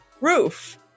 roof